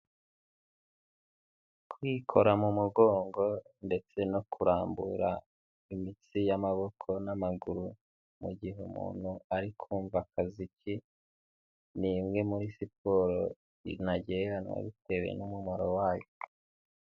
Kwikora mu mugongo ndetse no kurambura imitsi y'amaboko n'amaguru mu gihe umuntu ari kumva akaziki; ni imwe muri siporo intagereranywa bitewe n'umumaro wayo.